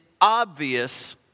obvious